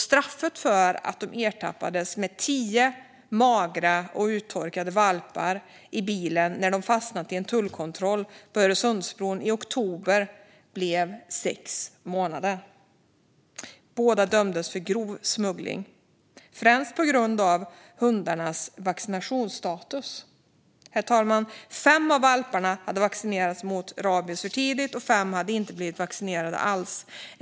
Straffet för att de ertappades vid en tullkontroll på Öresundsbron i oktober med tio magra och uttorkade valpar i bilen blev sex månader. Båda dömdes för grov smuggling, främst på grund av hundarnas vaccinationsstatus. Fem av valparna hade vaccinerats mot rabies för tidigt, och fem hade inte blivit vaccinerade alls.